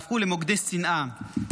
הפכו למוקדי שנאה.